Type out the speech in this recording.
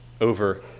over